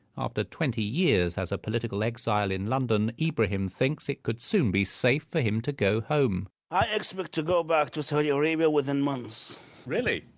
after twenty years as a political exile in london, ibrahim thinks it could soon be safe for him to go home i expect to go back to saudi arabia within months really?